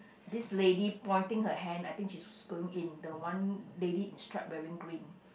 this lady pointing her hand I think she's going in the one lady in stripe wearing green